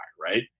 Right